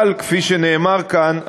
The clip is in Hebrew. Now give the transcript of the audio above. אבל כפי שנאמר כאן,